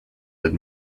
had